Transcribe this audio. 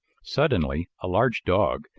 suddenly, a large dog,